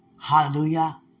Hallelujah